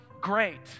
great